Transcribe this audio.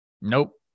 Nope